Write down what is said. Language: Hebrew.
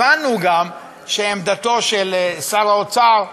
הבנו גם שעמדתו של שר האוצר,